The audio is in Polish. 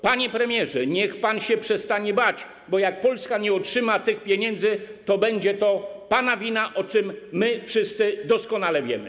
Panie premierze, niech pan się przestanie bać, bo jak Polska nie otrzyma tych pieniędzy, to będzie to pana wina, o czym wszyscy doskonale wiemy.